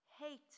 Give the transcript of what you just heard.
Hate